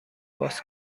باز